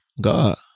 god